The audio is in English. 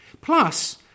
Plus